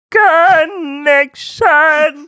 connection